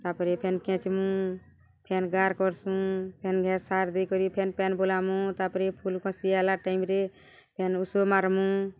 ତା'ପରେ ଫେନ୍ କେଚ୍ମୁ ଫେନ୍ ଗାର୍ କର୍ସୁଁ ଫେନ୍ ଘାଏ ସାର୍ ଦେଇି କରି ଫେନ୍ ପାଏନ୍ ବୁଲମୁ ତା'ପରେ ଫୁଲ୍ କଷି ଆଏଲା ଟାଇମ୍ରେ ଫେନ୍ ଉଷୋ ମାର୍ମୁ